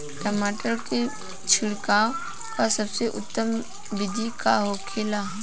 टमाटर में छिड़काव का सबसे उत्तम बिदी का होखेला?